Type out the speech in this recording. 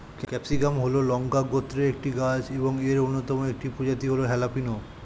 capsicum হল লঙ্কা গোত্রের একটি গাছ এবং এর অন্যতম একটি প্রজাতি হল হ্যালাপিনো